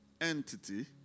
entity